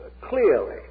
clearly